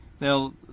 Now